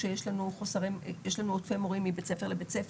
כשיש לנו עודפי מורים מבית ספר לבית ספר.